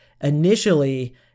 initially